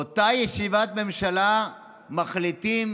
באותה ישיבת ממשלה מחליטים